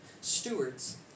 stewards